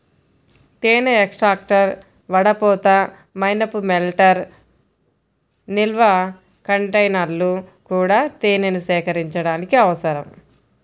తేనె ఎక్స్ట్రాక్టర్, వడపోత, మైనపు మెల్టర్, నిల్వ కంటైనర్లు కూడా తేనెను సేకరించడానికి అవసరం